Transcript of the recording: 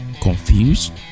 confused